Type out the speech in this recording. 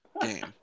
game